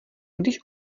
když